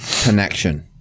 connection